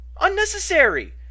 Unnecessary